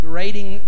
rating